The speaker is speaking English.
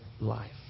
life